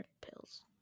pills